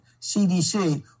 CDC